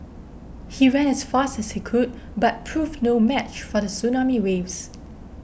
he ran as fast as he could but proved no match for the tsunami waves